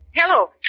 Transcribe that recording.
Hello